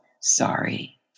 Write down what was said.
sorry